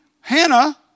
Hannah